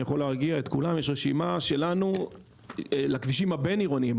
אני יכול להרגיע את כולם יש רשימה שלנו לכבישים הבין-עירוניים,